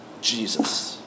Jesus